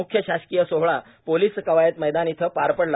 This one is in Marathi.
मुख्य शासकीय सोहळा पोलीस कवायत मैदान येथे पार पडला